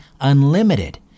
UNLIMITED